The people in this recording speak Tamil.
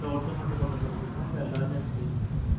சார் ஒருத்தர் மட்டும் கொண்டுவந்தால் போதுமா இல்லை எல்லாருமே கொண்டுவரணுமா சார்